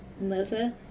mother